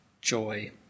joy